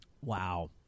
wow